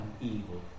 evil